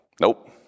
Nope